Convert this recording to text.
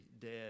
dead